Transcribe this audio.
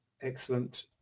excellent